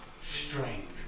Strange